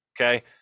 okay